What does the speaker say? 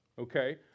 okay